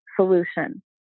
solution